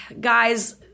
guys